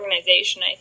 organization